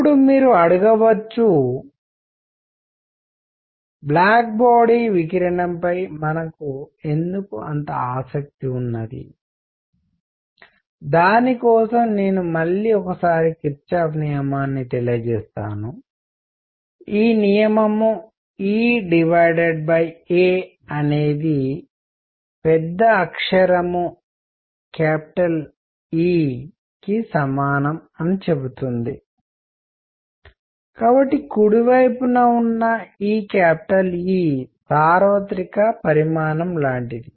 ఇప్పుడు మీరు అడగవచ్చు బ్లాక్ బాడీ వికిరణంపై మనకు ఎందుకు అంత ఆసక్తి ఉంది దాని కోసం నేను మళ్ళీ ఒకసారి కిర్చాఫ్ నియమాన్ని తెలియజేస్తాను ఈ నియమం e a అనేది పెద్ద అక్షరము E కి సమానం అని చెబుతుంది కాబట్టి కుడి వైపున ఉన్న ఈ E సార్వత్రిక పరిమాణం లాంటిది